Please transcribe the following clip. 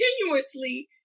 continuously